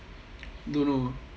don't know